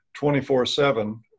24-7